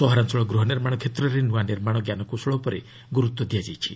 ସହରାଞ୍ଚଳ ଗୃହ ନିର୍ମାଣ କ୍ଷେତ୍ରରେ ନୃଆ ନିର୍ମାଣ ଜ୍ଞାନକୌଶଳ ଉପରେ ଗୁରୁତ୍ୱ ଦିଆଯାଇଛି